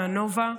מהנובה.